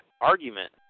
argument